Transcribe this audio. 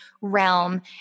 realm